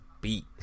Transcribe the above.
beat